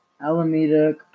Alameda